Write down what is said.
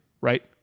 right